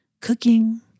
cooking